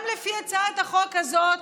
גם לפי הצעת החוק הזאת,